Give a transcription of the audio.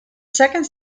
second